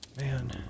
man